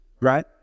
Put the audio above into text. right